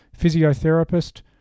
physiotherapist